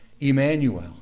Emmanuel